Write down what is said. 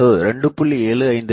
75 a0